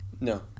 No